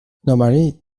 normally